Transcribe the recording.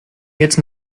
jetzt